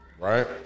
right